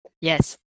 Yes